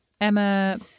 Emma